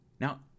Now